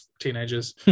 teenagers